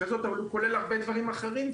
אבל הוא כולל הרבה דברים אחרים.